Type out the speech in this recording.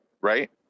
right